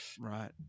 Right